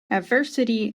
adversity